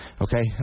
okay